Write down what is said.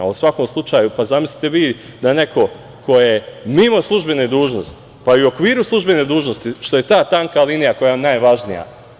Zamislite vi da neko ko je mimo službene dužnosti, pa i u okviru službene dužnosti, što je ta tanka linija koja je najvažnija…